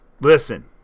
Listen